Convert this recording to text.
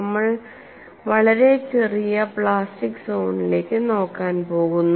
നമ്മൾ വളരെ ചെറിയ പ്ലാസ്റ്റിക് സോണിലേക്ക് നോക്കാൻ പോകുന്നു